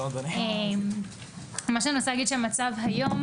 המצב היום